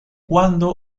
cuándo